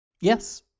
Yes